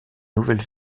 nouvelle